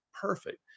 perfect